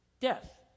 death